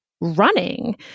running